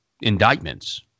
indictments